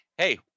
Hey